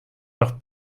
noch